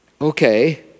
okay